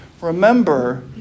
Remember